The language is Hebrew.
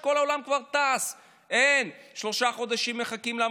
למה חברה שכולה צבא איבדה כל כך את האמון בממשלה?